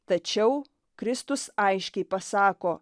tačiau kristus aiškiai pasako